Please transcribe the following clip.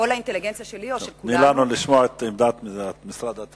נכניס אותם, בוא לא נפגע להם בקצבאות,